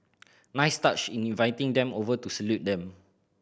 nice touch in inviting them over to salute them